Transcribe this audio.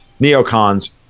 neocons